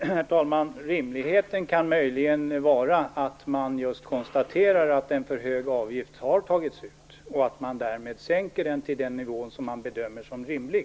Herr talman! Rimligheten kan möjligen vara att man just konstaterar att en för hög avgift har tagits ut, och att man därmed sänker den till den nivå som man bedömer som rimlig.